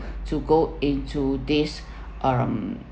to go into these um